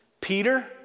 Peter